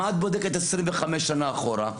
מה את בודקת 25 שנה אחורה?